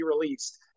released